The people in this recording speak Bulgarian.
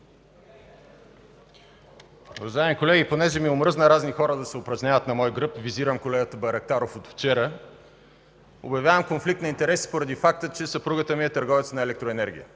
Уважаеми колеги, понеже ми омръзна разни хора да се упражняват на мой гръб, визирам колегата Байрактаров от вчера, обявявам конфликт на интереси поради факта, че съпругата ми е търговец на електроенергия